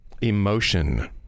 Emotion